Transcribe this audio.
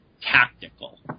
tactical